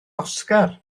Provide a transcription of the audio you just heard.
oscar